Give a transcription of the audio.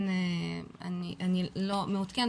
אני לא מעודכנת,